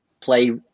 play